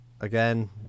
again